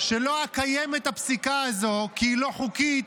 שלא אקיים את הפסיקה הזו כי היא לא חוקית,